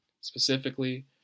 Specifically